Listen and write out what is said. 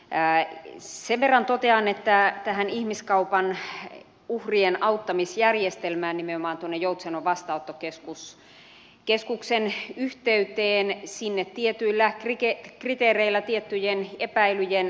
sen verran totean että tähän ihmiskaupan uhrien auttamisjärjestelmään nimenomaan tuonne joutsenon vastaanottokeskuksen yhteyteen ja sinne tietyllä rice kriteereillä tiettyjen epäilyjen